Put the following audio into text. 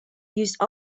used